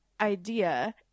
idea